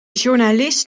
journalist